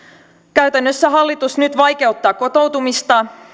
käytännössä hallitus nyt vaikeuttaa kotoutumista ja